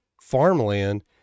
farmland